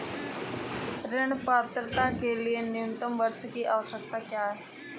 ऋण पात्रता के लिए न्यूनतम वर्ष की आवश्यकता क्या है?